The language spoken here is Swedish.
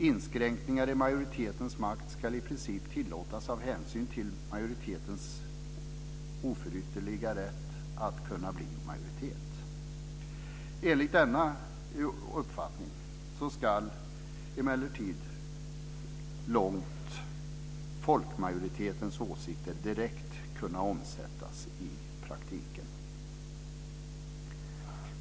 Inskränkningar i majoritetens makt ska i princip tillåtas av hänsyn till minoritetens oförytterliga rätt att kunna bli majoritet. Enligt denna uppfattning ska emellertid folkmajoritetens åsikter direkt kunna omsättas i praktiken.